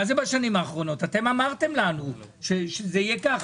אתם אמרתם לנו שזה יהיה ככה.